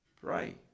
Pray